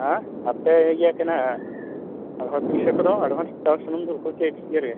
ᱦᱮᱸ ᱟᱯᱮ ᱤᱭᱟᱹ ᱠᱟᱱᱟ ᱟᱫᱚ ᱯᱩᱭᱥᱟᱹ ᱠᱚᱫᱚ ᱮᱰᱵᱷᱟᱱᱥ ᱥᱩᱱᱩᱢ ᱫᱩᱞ ᱠᱚ ᱪᱮᱫ ᱤᱭᱟᱹ ᱨᱮ